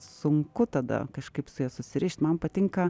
sunku tada kažkaip su ja susirišt man patinka